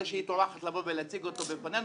הרי שהיא טורחת לבוא ולהציג אותה בפנינו